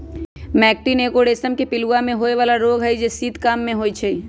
मैटीन एगो रेशम के पिलूआ में होय बला रोग हई जे शीत काममे होइ छइ